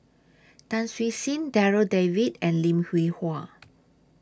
Tan Siew Sin Darryl David and Lim Hwee Hua